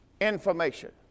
information